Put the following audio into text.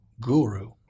guru